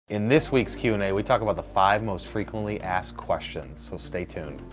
in this week's q and a we talked about the five most frequently asked questions, so stay tuned.